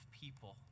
people